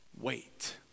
wait